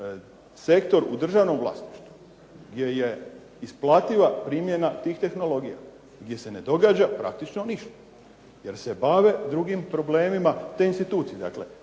sektor u državnom vlasništvu gdje je isplativa primjena tih tehnologija, gdje se ne događa praktično ništa jer se bave drugim problemima te institucije. Dakle